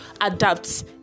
adapt